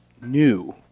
new